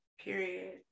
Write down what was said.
period